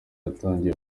yatangiye